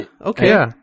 Okay